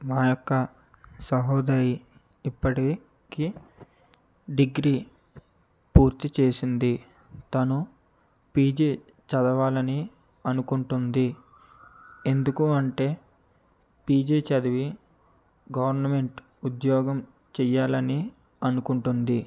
మాయొక్క సహోదరి ఇప్పటికీ డిగ్రీ పూర్తి చేసింది తను పీజీ చదవాలని అనుకుంటుంది ఎందుకు అంటే పీజీ చదివి గవర్నమెంట్ ఉద్యోగం చేయాలని అనుకుంటుంది